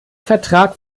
vertrag